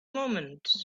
moments